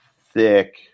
thick